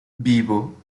vivo